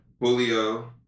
Julio